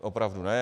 Opravdu, ne.